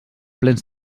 plens